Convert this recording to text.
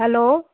hello